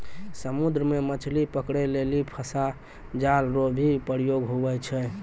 समुद्र मे मछली पकड़ै लेली फसा जाल रो भी प्रयोग हुवै छै